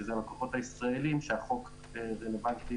שזה לקוחות הישראלים שהחוק הזה הרלוונטי